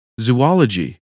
zoology